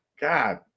God